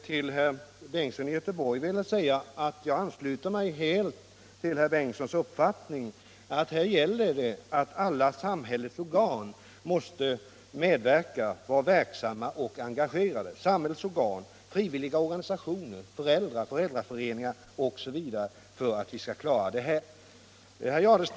Till herr Bengtsson i Göteborg vill jag säga att jag helt ansluter mig till herr Bengtssons uppfattning att att alla samhällets organ — även frivilliga organisationer, föräldrar, föräldraföreningar osv. — måste vara verksamma och engagerade för att vi skall klara det här problemet.